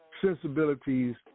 sensibilities